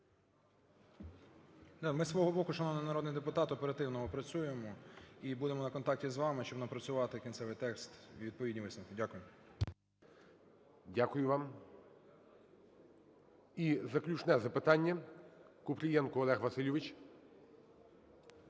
Ми ж свого боку, шановний народний депутат, оперативно опрацюємо і будемо на контакті з вами, щоб напрацювати кінцевий текст і відповідні висновки. Дякую. ГОЛОВУЮЧИЙ. Дякую вам. І заключне запитання – Купрієнко Олег Васильович.